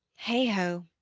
heigh-ho!